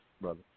brother